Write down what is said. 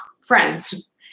friends